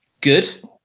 Good